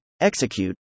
execute